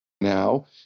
now